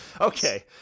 Okay